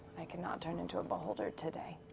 i cannot turn into a beholder today.